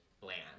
bland